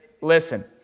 listen